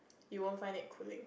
you won't find it cooling